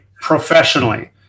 professionally